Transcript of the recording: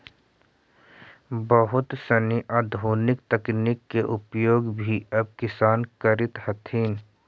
बहुत सनी आधुनिक तकनीक के उपयोग भी अब किसान करित हथिन